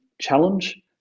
challenge